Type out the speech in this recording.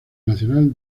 nacional